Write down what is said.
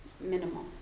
minimal